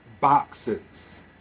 boxes